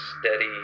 steady